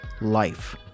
life